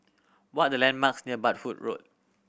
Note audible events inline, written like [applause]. what are the landmarks near [unintelligible] Road